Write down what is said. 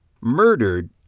murdered